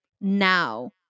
now